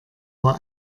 war